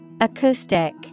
Acoustic